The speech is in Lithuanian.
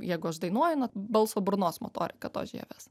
jeigu aš dainuoju na balso burnos motorika tos žievės